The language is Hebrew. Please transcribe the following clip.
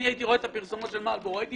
אני הייתי רואה את הפרסומות של מרלבורו הייתי